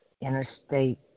interstate